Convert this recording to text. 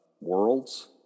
worlds